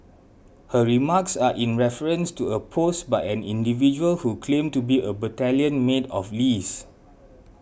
her remarks are in reference to a post by an individual who claimed to be a battalion mate of Lee's